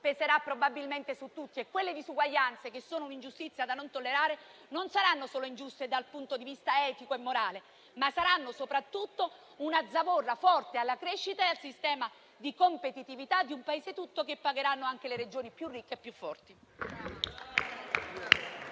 peserà probabilmente su tutti e quelle disuguaglianze, che sono un'ingiustizia da non tollerare, non saranno solo ingiuste dal punto di vista etico e morale, ma saranno soprattutto una zavorra forte alla crescita e al sistema di competitività di un Paese tutto, che pagheranno anche le Regioni più ricche e più forti.